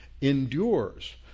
endures